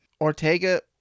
Ortega